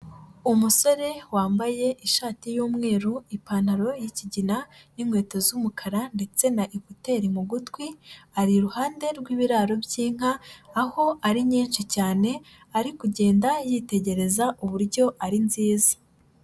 Umusore wambaye ishati y'umweru, ipantaro y'ikigina n'inkweto z'umukara ndetse na ekuteri mu gutwi, ari iruhande rw'ibiraro by'inka, aho ari nyinshi cyane ari kugenda yitegereza uburyo ari nziza.